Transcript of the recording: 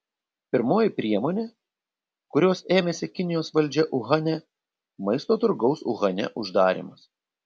pirmoji priemonė kurios ėmėsi kinijos valdžia uhane maisto turgaus uhane uždarymas